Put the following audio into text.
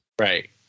Right